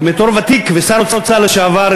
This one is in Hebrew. בתור ותיק ושר אוצר לשעבר,